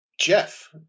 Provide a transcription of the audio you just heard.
Jeff